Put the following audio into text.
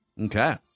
Okay